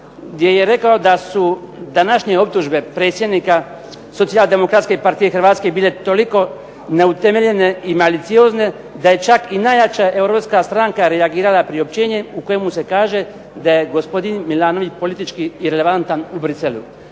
gdje je rekao da su današnje optužbe predsjednika Socijaldemokratske partije Hrvatske bile toliko neutemeljene i maliciozne da je čak i najjača europska stranka reagirala priopćenjem u kojemu se kaže da je gospodin Milanović politički irelevantan u Bruxellesu.